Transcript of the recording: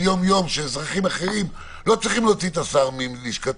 יום יום כאשר אזרחים אחרים לא צריכים להוציא את השר מלשכתו?